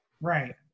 Right